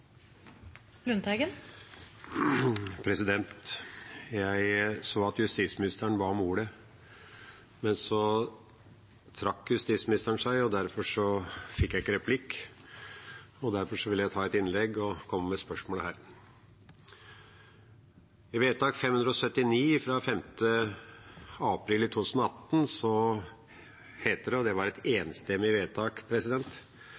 Jeg så at justisministeren ba om ordet, men så trakk hun seg, og derfor fikk jeg ikke replikk. Derfor vil jeg ta et innlegg og komme med spørsmål her. I vedtak nr. 579 fra 5. april 2018 heter det – og det var et